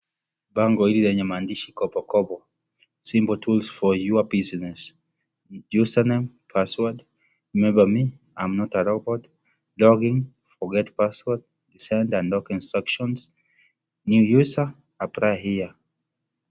Bango hili lenye maandishi kopokopo simple tools for your business username, password, remember me , I'm not a robot, login ,forgot your password, resend unlock instructions new user apply here .